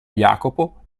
jacopo